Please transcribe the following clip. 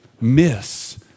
miss